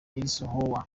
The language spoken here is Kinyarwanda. eisenhower